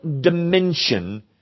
dimension